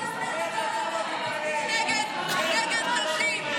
למה אתה מצביע נגד נשים?